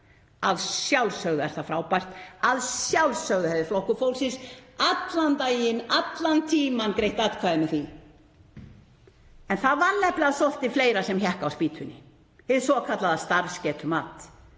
Að sjálfsögðu er það frábært. Að sjálfsögðu hefði Flokkur fólksins allan daginn, allan tímann, greitt atkvæði með því. En það var nefnilega svolítið fleira sem hékk á spýtunni, hið svokallaða starfsgetumat.